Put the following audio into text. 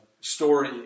story